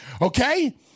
okay